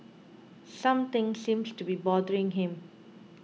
something seems to be bothering him